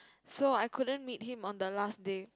so I couldn't meet him on the last day